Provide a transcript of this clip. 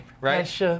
Right